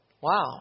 Wow